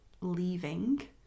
leaving